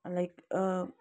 like